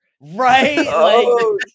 Right